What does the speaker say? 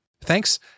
Thanks